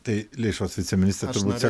tai lėšos viceministre turbūt